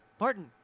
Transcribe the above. Martin